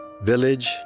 Village